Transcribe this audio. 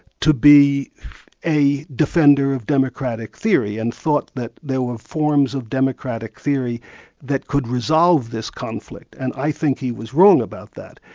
to be a defender of democratic theory and thought that there were forms of democratic theory that could resolve this conflict, and i think he was wrong about that.